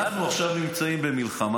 מאיפה נביא את הכסף?